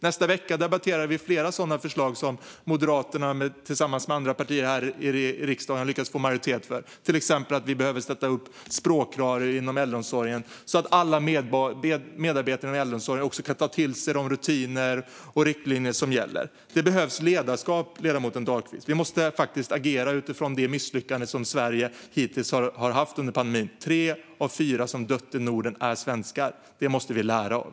Nästa vecka debatterar vi flera sådana förslag, som Moderaterna tillsammans med andra partier här i riksdagen har lyckats få majoritet för, till exempel att vi behöver ställa språkkrav inom äldreomsorgen så att alla medarbetare inom äldreomsorgen kan ta till sig de rutiner och riktlinjer som gäller. Det behövs ledarskap, ledamoten Dahlqvist. Vi måste agera utifrån det misslyckande som Sverige hittills har haft under pandemin. Tre av fyra som dött i Norden är svenskar. Det måste vi lära av.